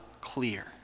clear